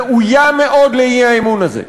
ראויה מאוד לאי-אמון הזה.